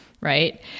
right